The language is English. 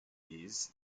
these